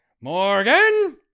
Morgan